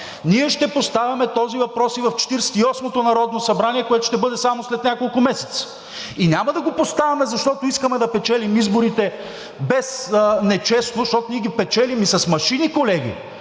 Ние ще поставяме този въпрос и в Четиридесет и осмото народно събрание, което ще бъде само след няколко месеца. И няма да го поставяме, защото искаме да печелим изборите без нечестност, защото ние ги печелим и с машини, колеги